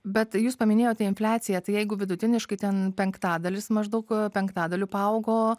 bet jūs paminėjote infliaciją tai jeigu vidutiniškai ten penktadalis maždaug penktadaliu paaugo